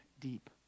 deep